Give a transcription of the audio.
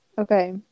Okay